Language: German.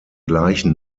gleichen